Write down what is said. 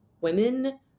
women